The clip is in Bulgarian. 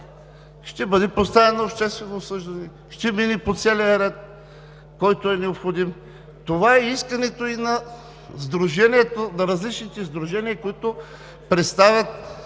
ще бъде поставен на обществено обсъждане, ще мине по целия ред, който е необходим. Това е искането и на различните сдружения, които представят